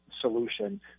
solution